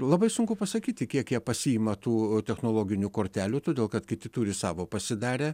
labai sunku pasakyti kiek jie pasiima tų technologinių kortelių todėl kad kiti turi savo pasidarę